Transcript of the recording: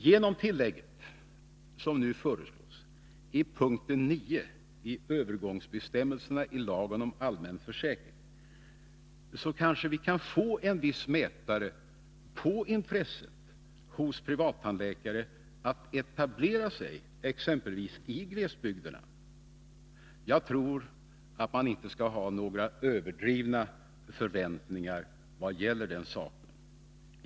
Genom det tillägg som föreslås i punkt 9 i övergångsbestämmelserna i lagen om allmän försäkring kan vi kanske få en viss mätare på intresset hos privattandläkare att etablera sig i exempelvis glesbygderna. Jag tror att man inte skall ha några överdrivna förväntningar i vad gäller den saken.